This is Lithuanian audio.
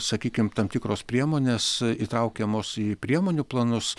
sakykim tam tikros priemonės įtraukiamos į priemonių planus